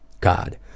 God